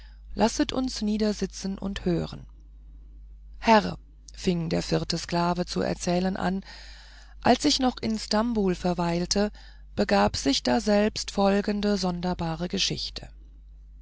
lasset uns niedersitzen und hören herr fing der vierte der sklaven zu erzählen an als ich noch in stambul verweilte begab sich daselbst folgende sonderbare geschichte